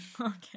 okay